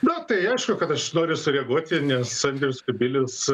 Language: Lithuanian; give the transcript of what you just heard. na tai aišku kad aš noriu sureaguoti nes andrius kubilius